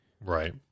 right